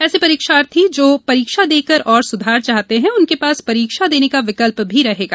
ऐसे परीक्षार्थी जो परीक्षा देकर और सुधार चाहते हैं उनके पास परीक्षा देने का विकल्प भी रहेगा